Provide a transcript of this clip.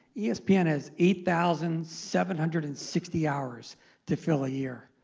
yeah espn has eight thousand seven hundred and sixty hours to fill a year.